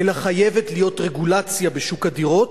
אלא חייבת להיות רגולציה בשוק הדירות,